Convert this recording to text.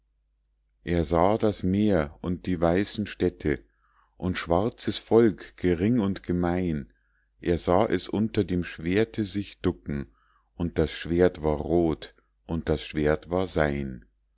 er sah das meer und die weißen städte und schwarzes volk gering und gemein er sah es unter dem schwerte sich ducken und das schwert war rot und das schwert war sein